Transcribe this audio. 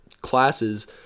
classes